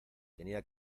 tenía